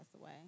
away